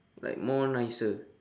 like more nicer